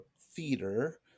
theater